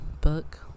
book